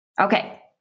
Okay